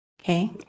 okay